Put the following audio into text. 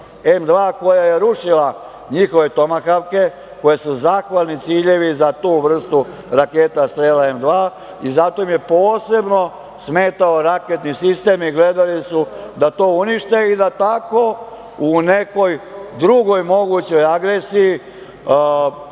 M2 koja je rušila njihove tomahavke, koji su zahvalni ciljeve za tu vrstu raketa strela M2. Zato im je posebno smetao raketni sistem i gledali se to unište i da tako u nekoj drugoj mogućoj agresiji